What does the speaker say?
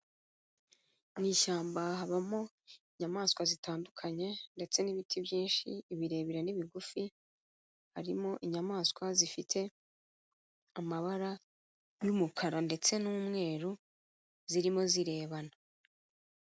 Mu ishyamba habamo inyamaswa zitandukanye, ndetse n'ibiti byinshi, ibirebire n'ibigufi, harimo inyamaswa zifite amabara y'umukara ndetse n'umweru, zirimo zirebana.